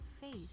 face